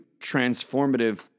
transformative